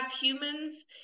humans